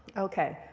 ok.